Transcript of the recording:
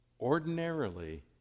ordinarily